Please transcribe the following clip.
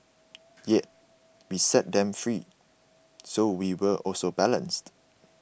yet we set them free so we were also balanced